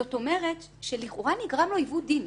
זאת אומרת שלכאורה נגרם לו עיוות דין.